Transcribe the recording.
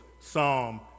Psalm